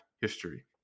history